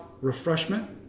refreshment